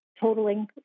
totaling